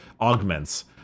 augments